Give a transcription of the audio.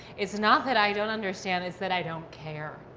it's not that i don't understand. it's that i don't care.